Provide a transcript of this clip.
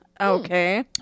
Okay